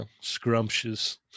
Scrumptious